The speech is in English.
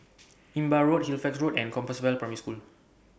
Imbiah Road Halifax Road and Compassvale Primary School